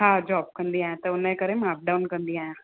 हा जॉब कंदी आहियां त उन जे करे मां अपडाउन कंदी आहियां